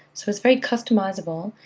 so it's very customizable,